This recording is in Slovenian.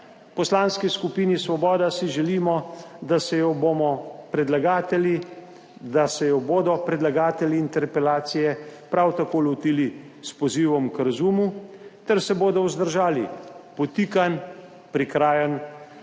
Poslanski skupini Svoboda si želimo, da se jo bodo predlagatelji interpelacije prav tako lotili s pozivom k razumu ter se bodo vzdržali podtikanj, prikrajanj